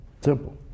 Simple